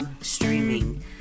streaming